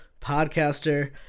podcaster